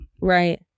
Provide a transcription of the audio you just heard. right